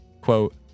quote